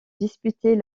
disputer